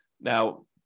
Now